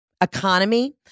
economy